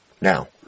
Now